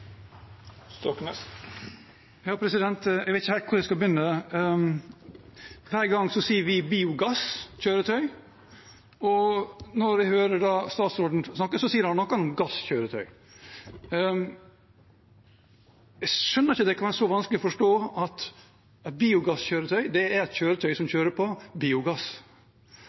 Jeg vet ikke helt hvor jeg skal begynne. Hver gang sier vi «biogasskjøretøy», og når jeg hører statsråden snakke, sier han noe om «gasskjøretøy». Jeg skjønner ikke at det kan være så vanskelig å forstå at et biogasskjøretøy er et kjøretøy som kjører på biogass.